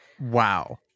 Wow